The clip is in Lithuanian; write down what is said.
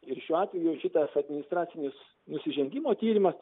ir šiuo atveju šitas administracinis nusižengimo tyrimas